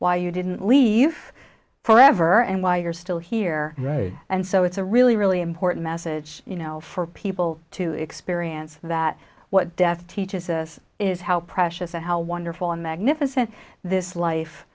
why you didn't leave forever and why you're still here right and so it's a really really important message you know for people to experience that what death teaches us is how precious and how wonderful a magnificent this life